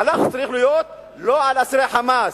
הלחץ צריך להיות לא על אסירי "חמאס".